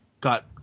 got